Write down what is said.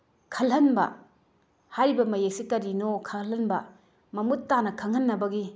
ꯈꯜꯍꯟꯕ ꯍꯥꯏꯔꯤꯕ ꯃꯌꯦꯛꯁꯤ ꯀꯔꯤꯅꯣ ꯈꯜꯍꯟꯕ ꯃꯃꯨꯠ ꯇꯥꯅ ꯈꯪꯍꯟꯅꯕꯒꯤ